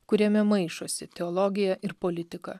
kuriame maišosi teologija ir politika